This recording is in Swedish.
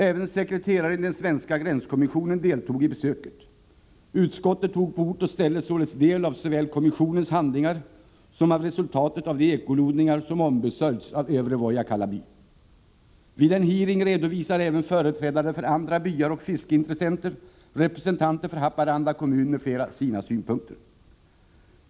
Även sekreteraren i den svenska gränskommissionen deltog i besöket. Utskottet tog således på ort och ställe del såväl av kommissionens handlingar som av resultatet av de ekolodningar som ombesörjts av Övre Vojakkala by. Vid en hearing redovisade även företrädare för andra byar samt fiskeintressenter, representanter för Haparanda kommun m.fl. sina synpunkter.